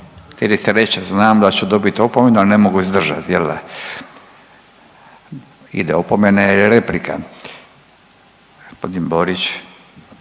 Htjeli ste reć znam da ću dobit opomenu, ali ne mogu izdržat jel da? Ide opomena jel je replika. Gospodin Borić